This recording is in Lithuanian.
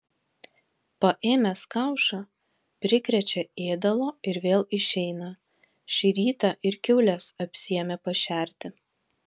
paėmęs kaušą prikrečia ėdalo ir vėl išeina šį rytą ir kiaules apsiėmė pašerti